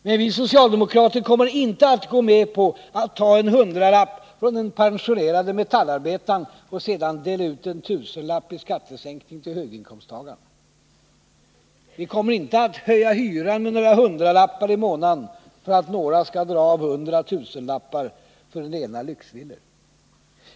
Men vi socialdemokrater kommer inte att gå med på att ta en hundralapp från den pensionerade metallarbetaren och sedan dela ut en tusenlapp i skattesänkning till höginkomsttagaren. Vi kommer inte att höja hyran med några hundralappar i månaden för att några skall dra av hundra tusenlappar för rena lyxvillor.